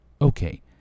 okay